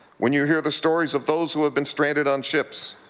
when you hear the stories of those who have been stranded on ships,